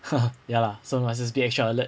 ya lah so must just be extra alert